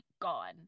gone